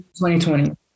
2020